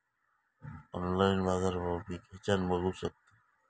Online बाजारभाव मी खेच्यान बघू शकतय?